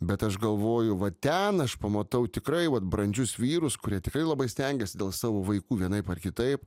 bet aš galvoju va ten aš pamatau tikrai vat brandžius vyrus kurie tikrai labai stengiasi dėl savo vaikų vienaip ar kitaip